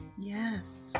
Yes